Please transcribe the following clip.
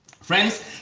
Friends